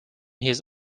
his